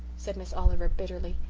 said miss oliver bitterly.